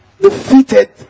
defeated